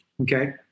Okay